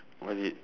what is it